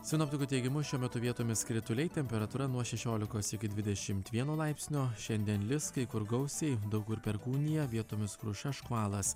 sinoptikų teigimu šiuo metu vietomis krituliai temperatūra nuo šešiolikos iki dvidešimt vieno laipsnio šiandien lis kai kur gausiai daug kur perkūnija vietomis kruša škvalas